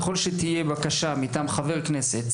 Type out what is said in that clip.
ככל שתהיה בקשה מטעם חבר כנסת,